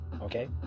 Okay